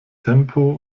tempo